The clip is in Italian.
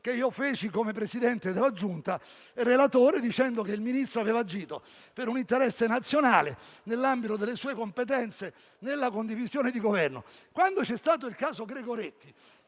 e delle immunità parlamentari del Senato e relatore, dicendo che il Ministro aveva agito per un interesse nazionale, nell'ambito delle sue competenze nella condivisione di Governo. Quando c'è stato il caso Gregoretti,